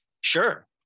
Sure